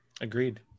agreed